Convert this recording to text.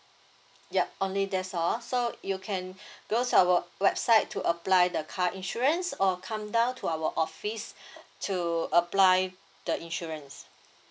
yup only that's all so you can goes to our website to apply the car insurance or come down to our office to apply the insurance